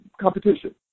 competition